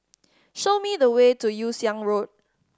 show me the way to Yew Siang Road